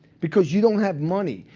because you don't have money.